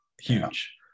Huge